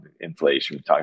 inflation